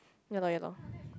ya loh ya loh